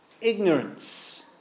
ignorance